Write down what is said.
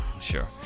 sure